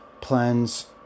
Plans